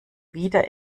wieder